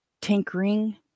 tinkering